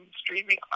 streaming